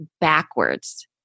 backwards